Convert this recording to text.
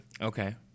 Okay